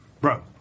bro